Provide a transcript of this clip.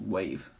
Wave